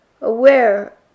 aware